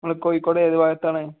നമ്മൾ കോഴിക്കോട് ഏത് ഭാഗത്താണ്